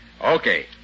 Okay